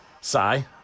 Sigh